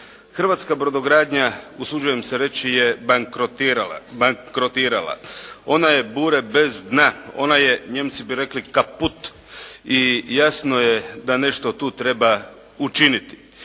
Hrvatska brodogradnja usuđujem se reći je bankrotirala. Ona ja bure bez dna. Ona je, Nijemci bi rekli, kaput. I jasno je da nešto tu treba učiniti.